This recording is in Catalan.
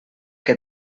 que